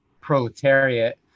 proletariat